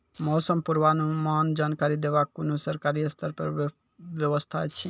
मौसम पूर्वानुमान जानकरी देवाक कुनू सरकारी स्तर पर व्यवस्था ऐछि?